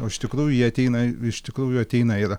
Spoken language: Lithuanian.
o iš tikrųjų jie ateina iš tikrųjų ateina ir